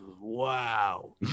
wow